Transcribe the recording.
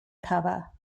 cava